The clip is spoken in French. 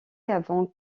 avant